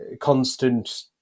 constant